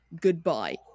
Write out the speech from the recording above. Goodbye